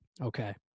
Okay